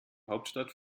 hauptstadt